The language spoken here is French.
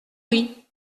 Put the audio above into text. oui